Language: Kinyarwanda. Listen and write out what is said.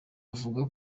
avuga